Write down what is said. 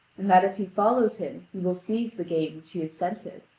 and that if he follows him he will seize the game which he has scented.